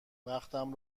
وقتم